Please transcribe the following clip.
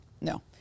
No